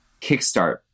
kickstart